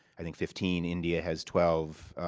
i think, fifteen. india has twelve.